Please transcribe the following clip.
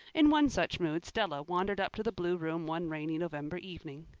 in one such mood stella wandered up to the blue room one rainy november evening.